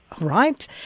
Right